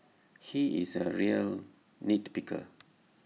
he is A real nit picker